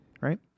right